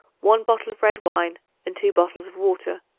one bottle of red wine and two bottles of water.